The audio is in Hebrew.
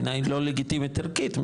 בעיניי היא לא לגיטימית ערכית,